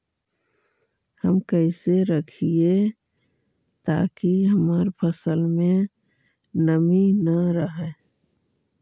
हम कैसे रखिये ताकी हमर फ़सल में नमी न रहै?